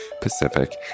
Pacific